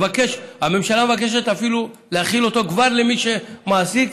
הממשלה מבקשת אפילו להחיל אותו על מי שכבר מעסיק.